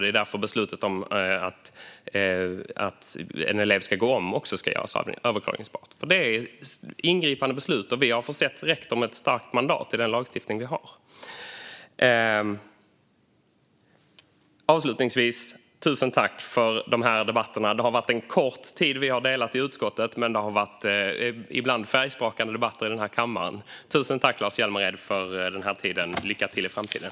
Det är därför beslutet om att en elev ska gå om också ska göras överklagningsbart. Det är ett ingripande beslut, och vi har genom den lagstiftning vi har försett rektor med ett starkt mandat. Avslutningsvis - tusen tack för de här debatterna! Det är en kort tid vi har delat i utskottet, och det har ibland varit färgsprakande debatter i den här kammaren. Tusen tack för den här tiden, Lars Hjälmered! Lycka till i framtiden!